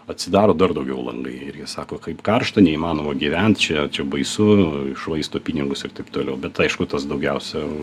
atsidaro dar daugiau langai ir jie sako kaip karšta neįmanoma gyvent čia čia baisu iššvaisto pinigus ir taip toliau bet aišku tas daugiausia